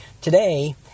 Today